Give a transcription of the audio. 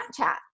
snapchat